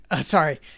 sorry